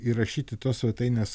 įrašyti tos svetainės